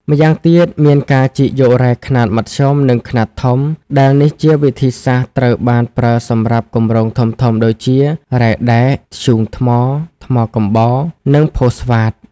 ម្យ៉ាងទៀតមានការជីកយករ៉ែខ្នាតមធ្យម និងខ្នាតធំ ដែលនេះជាវិធីសាស្ត្រត្រូវបានប្រើសម្រាប់គម្រោងធំៗដូចជា រ៉ែដែក ធ្យូងថ្ម ថ្មកំបោរ និងផូស្វាត។